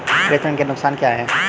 प्रेषण के नुकसान क्या हैं?